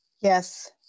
Yes